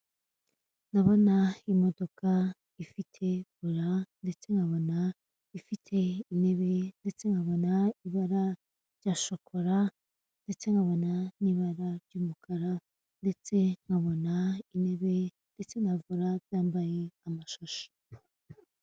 Ndabona imodoka ifite vora, ndetse nkabona ifite intebe, ndetse nkabona ibara rya shokora, ndetse nkabona n'ibara ry'umukara, ndetse nkabona intebe, ndetse nkabona yambaye amashashi.